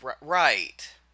Right